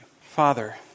Father